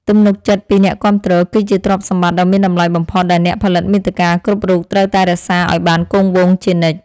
ទំនុកចិត្តពីអ្នកគាំទ្រ គឺជាទ្រព្យសម្បត្តិដ៏មានតម្លៃបំផុតដែលអ្នកផលិតមាតិកាគ្រប់រូបត្រូវតែរក្សាឱ្យបានគង់វង្សជានិច្ច។